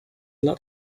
lot